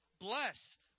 bless